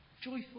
joyful